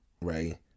Right